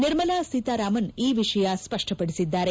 ನಿರ್ಮಲಾ ಸೀತಾರಾಮನ್ ಈ ವಿಷಯ ಸ್ಪಷ್ಟಪಡಿಸಿದ್ದಾರೆ